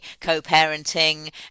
co-parenting